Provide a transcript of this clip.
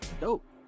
Dope